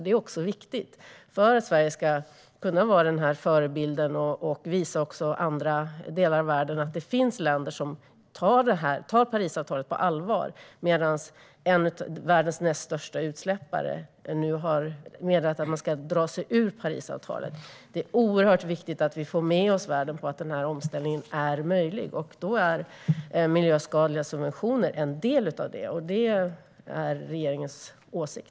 Det är viktigt för att Sverige ska kunna vara förebilden och visa andra delar av världen att det finns länder som tar Parisavtalet på allvar, medan världens näst största utsläppare har meddelat att man ska dra sig ur Parisavtalet. Det är oerhört viktigt att vi får med oss världen på att omställningen är möjlig. Då är miljöskadliga subventioner en del av frågan. Det är regeringens åsikt.